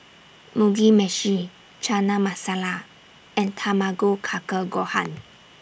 Mugi Meshi Chana Masala and Tamago Kake Gohan